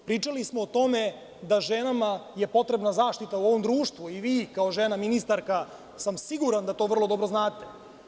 Pričali smo o tome da je ženama potrebna zaštita u ovom društvu i vi kao žena ministarka sam siguran da to vrlo dobro znate.